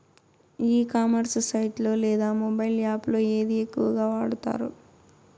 ఈ commerce site లో లేదా మొబైల్ యాప్ లో ఏది ఎక్కువగా వాడుతారు?